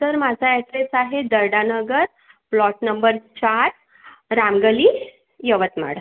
sir माझा address आहे Darda Nagar plot number चार राम गल्ली यवतमाळ